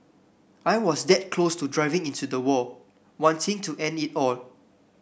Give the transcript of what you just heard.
I was that close to driving into the wall wanting to end it all